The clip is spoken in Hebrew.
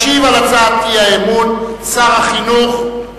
ישיב על הצעת האי-אמון שר החינוך,